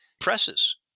presses